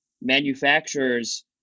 manufacturers